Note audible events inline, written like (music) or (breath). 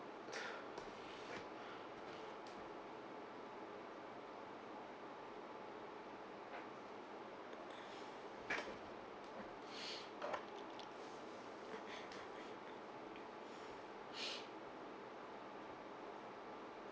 (breath) (breath)